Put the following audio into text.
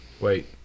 Wait